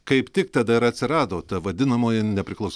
kaip tik tada ir atsirado ta vadinamoji nepriklaus